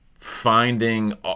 finding